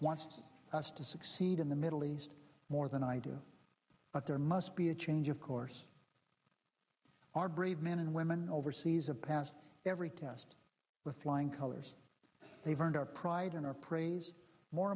wants us to succeed in the middle east more than i do but there must be a change of course our brave men and women overseas have passed every test with flying colors they've earned our pride and our praise more